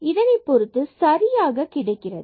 இதனை பொறுத்து சரியாக கிடைக்கிறது